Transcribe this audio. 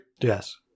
Yes